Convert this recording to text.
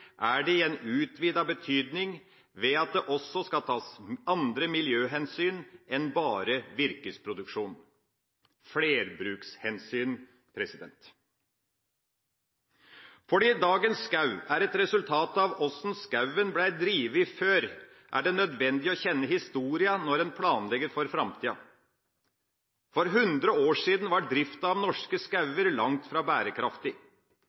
er det i en utvidet betydning ved at det også skal tas andre miljøhensyn enn bare virkeproduksjon – flerbrukshensyn. Fordi dagens skog er et resultat av hvordan skogen ble drevet før, er det nødvendig å kjenne historien når man planlegger for framtida. For 100 år siden var driften av norske skoger langt fra bærekraftig.